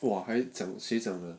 !wah! 还讲